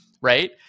Right